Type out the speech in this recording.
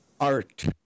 art